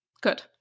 Good